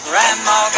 Grandma